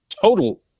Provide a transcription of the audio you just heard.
total